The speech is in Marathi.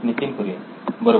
नितीन कुरियन बरोबर